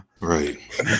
right